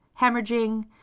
hemorrhaging